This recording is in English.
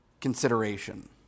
consideration